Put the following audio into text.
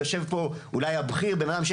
יושב פה אולי הבכיר ביניהם,